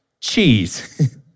cheese